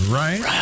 right